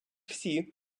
всі